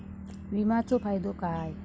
विमाचो फायदो काय?